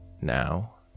Now